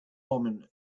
woman